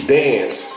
dance